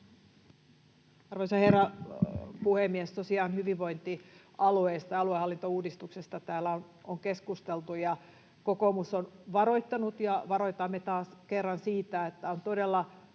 Arvoisa herra puhemies! Tosiaan hyvinvointialueista, aluehallintouudistuksesta, täällä on keskusteltu, ja kokoomus on varoittanut ja varoitamme taas kerran siitä, että on todella